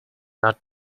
not